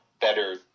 better